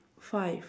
five